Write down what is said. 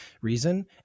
reason